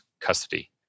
custody